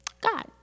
God